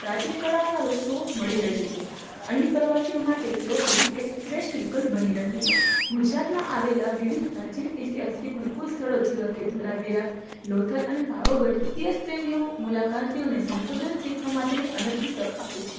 પ્રાચીન કળાઓના વસ્તુઓ મળી રહે છે અહીં પ્રવાસીઓ માટે સોપિંગ એ શ્રેષ્ઠ વિકલ્પ બની રહે છે ગુજરાતમાં આવેલા વિવિધ પ્રાચીન ઇતિહાસથી ભરપૂર સ્થળો જેવા કે ધોળાવીરા લોથલ અને પાવાગઢ ઇતિહાસપ્રેમીઓ મુલાકાતિઓ અને સંશોધન શીખવા માટેની અનોખી તક આપી છે